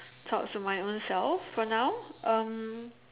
talk to my ownself for now